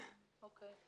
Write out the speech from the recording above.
אוקי.